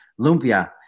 lumpia